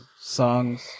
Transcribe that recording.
songs